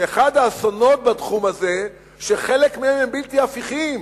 ואחד האסונות בתחום הזה הוא שחלק מהם הם בלתי הפיכים.